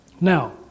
Now